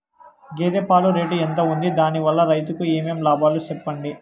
గేదె పాలు రేటు ఎంత వుంది? దాని వల్ల రైతుకు ఏమేం లాభాలు సెప్పండి?